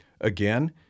Again